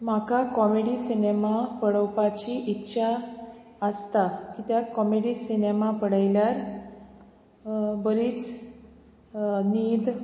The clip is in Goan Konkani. म्हाका कॉमेडी सिनेमा पळोवपाची इच्छा आसता कित्याक कॉमेडी सिनेमा पळयल्यार बरीच न्हीद